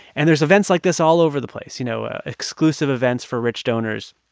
and there's events like this all over the place, you know, exclusive events for rich donors.